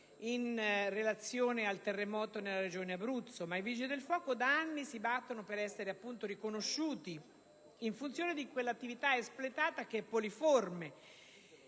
in relazione al terremoto nella Regione Abruzzo, ma i Vigili del fuoco da anni si battono per essere riconosciuti in funzione di quella attività espletata, che è poliforme,